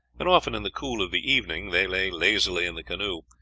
and often in the cool of the evening they lay lazily in the canoe,